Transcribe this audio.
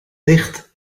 licht